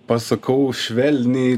pasakau švelniai